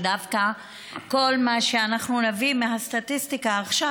וכל מה שאנחנו נביא מהסטטיסטיקה עכשיו,